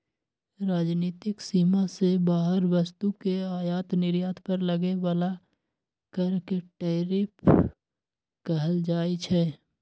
राजनीतिक सीमा से बाहर वस्तु के आयात निर्यात पर लगे बला कर के टैरिफ कहल जाइ छइ